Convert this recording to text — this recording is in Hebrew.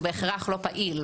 הוא בהכרח לא פעיל,